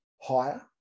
higher